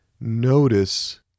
notice